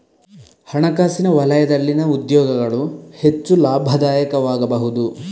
ಹಣಕಾಸಿನ ವಲಯದಲ್ಲಿನ ಉದ್ಯೋಗಗಳು ಹೆಚ್ಚು ಲಾಭದಾಯಕವಾಗಬಹುದು